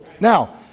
Now